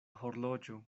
horloĝo